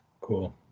Cool